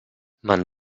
man